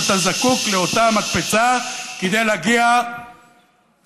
ואתה זקוק לאותה מקפצה כדי להגיע למטרתך,